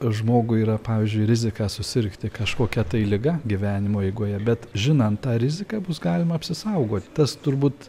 žmogui yra pavyzdžiui rizika susirgti kažkokia tai liga gyvenimo eigoje bet žinant tą riziką bus galima apsisaugoti tas turbūt